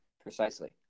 Precisely